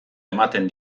ematen